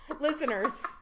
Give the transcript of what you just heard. Listeners